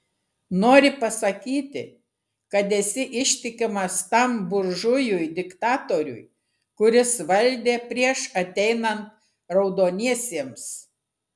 nori pasakyti kad esi ištikimas tam buržujui diktatoriui kuris valdė prieš ateinant raudoniesiems